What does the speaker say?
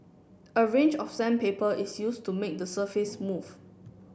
a range of sandpaper is used to make the surface smooth